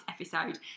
episode